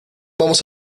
vamos